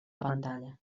pantalla